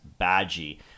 Badgie